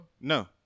No